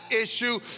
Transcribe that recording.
issue